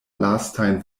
lastajn